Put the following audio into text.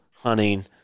hunting